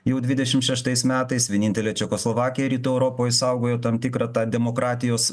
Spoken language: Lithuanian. jau dvidešim šeštais metais vienintelė čekoslovakija rytų europoj išsaugojo tam tikrą tą demokratijos